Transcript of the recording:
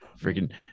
freaking